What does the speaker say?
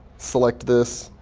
select this,